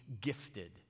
gifted